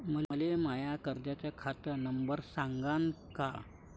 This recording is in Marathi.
मले माया कर्जाचा खात नंबर सांगान का?